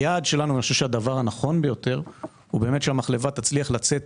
היעד שלנו ואני חושב שהדבר הנכון ביותר הוא שהמחלבה תצליח לצאת